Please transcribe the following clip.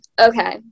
Okay